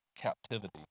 captivity